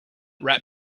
rap